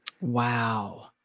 wow